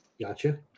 Gotcha